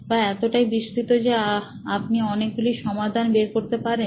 বা এতটাই বিস্তৃত যে আপনি অনেকগুলি সমাধান বের করতে পারবেন